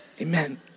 Amen